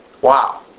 Wow